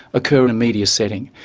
occur in a media setting,